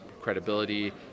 credibility